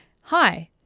hi